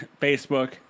Facebook